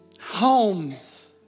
homes